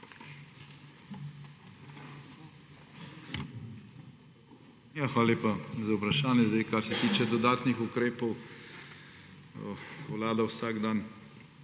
Hvala lepa za vprašanje. Kar se tiče dodatnih ukrepov, vlada vsak dan